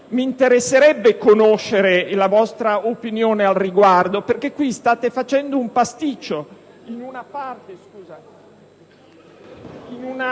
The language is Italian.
Mi interesserebbe conoscere la vostra opinione al riguardo perché qui state facendo un pasticcio. In una parte della norma